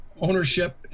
ownership